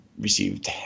received